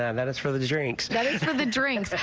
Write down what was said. and that's for the drinks. that's for the drinks.